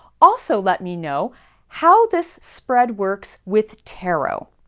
also let me know how this spread works with tarot.